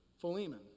Philemon